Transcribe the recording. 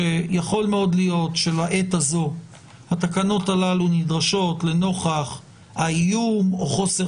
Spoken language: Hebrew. שיכול מאוד להיות שלעת הזו התקנות הללו נדרשות לנוכח האיום או חוסר